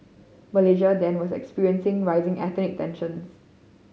Malaysia then was experiencing rising ethnic tensions